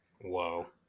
Whoa